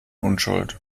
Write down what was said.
unschuld